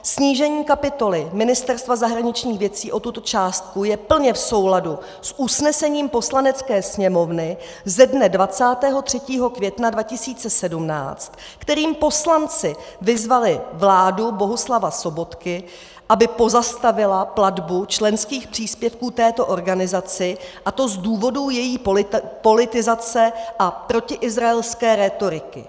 Snížení kapitoly Ministerstva zahraničních věcí o tuto částku je plně v souladu s usnesením Poslanecké sněmovny ze dne 23. května 2017, kterým poslanci vyzvali vládu Bohuslava Sobotky, aby pozastavila platbu členských příspěvků této organizaci, a to z důvodu její politizace a protiizraelské rétoriky.